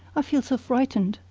i feel so frightened.